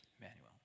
Emmanuel